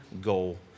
goal